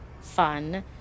fun